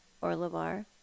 orlebar